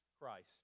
Christ